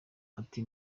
ati